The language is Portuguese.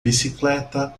bicicleta